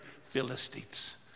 Philistines